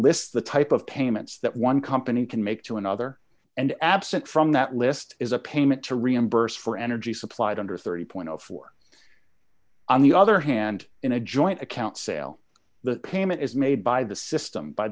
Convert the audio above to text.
lists the type of payments that one company can make to another and absent from that list is a payment to reimburse for energy supplied under thirty four on the other hand in a joint account sale the payment is made by the system by